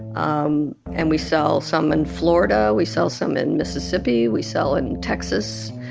um and we sell some in florida. we sell some in mississippi, we sell in texas.